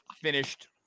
finished